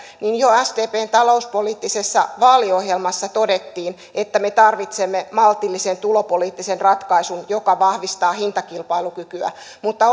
niin jo sdpn talouspoliittisessa vaaliohjelmassa todettiin että me tarvitsemme maltillisen tulopoliittisen ratkaisun joka vahvistaa hintakilpailukykyä mutta